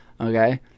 okay